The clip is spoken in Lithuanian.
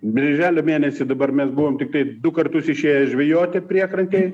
birželio mėnesį dabar mes buvom tiktai du kartus išėjęs žvejoti priekrantėj